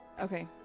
Okay